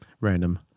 random